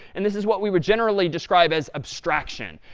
and this is what we would generally describe as abstraction.